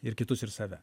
ir kitus ir save